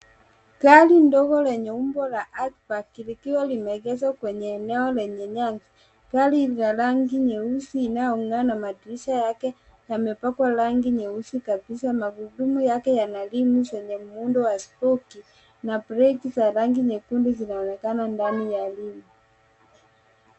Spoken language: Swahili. Gari ndogo lenye umbo la hatchback likiwa limeegeshwa kwenye eneo lenye nyasi. Gari ni la rangi nyeusi inayong'aa na madirisha yake yamepakwa rangi nyeusi kabisa. Magurudumu yake yana rimu zenye muundo wa spoki na breki za rangi nyekundu zinaonekana ndani ya rimu.